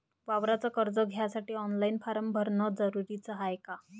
वावराच कर्ज घ्यासाठी ऑनलाईन फारम भरन जरुरीच हाय का?